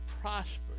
prosper